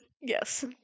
yes